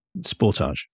Sportage